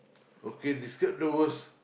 okay this card the worst